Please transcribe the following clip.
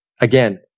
Again